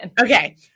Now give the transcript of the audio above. Okay